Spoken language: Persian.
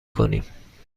کنیم